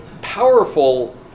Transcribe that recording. powerful